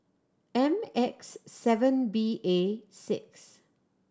M X seven B A six